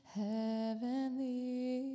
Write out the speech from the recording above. heavenly